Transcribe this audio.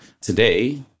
today